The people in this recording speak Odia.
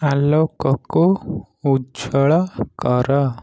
ଆଲୋକକୁ ଉଜ୍ଜ୍ୱଳ କର